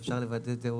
ואפשר לוודא את זה,